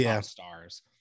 stars